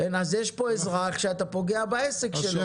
יש פה אזרח שאתה פוגע בעסק שלו.